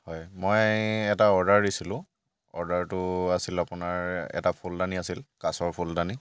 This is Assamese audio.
হয় মই এটা অৰ্ডাৰ দিছিলোঁ অৰ্ডাৰটো আছিল আপোনাৰ এটা ফুলদানি আছিল কাঁচৰ ফুলদানি